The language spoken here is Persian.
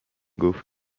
گفت